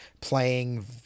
playing